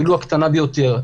ולו הקטנה ביותר.